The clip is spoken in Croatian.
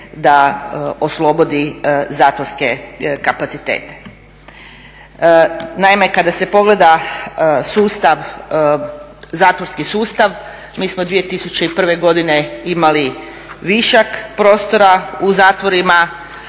da oslobodi zatvorske kapacitete. Naime, kada se pogleda zatvorski sustav, mi smo 2001. godine imali višak prostora u zatvorima,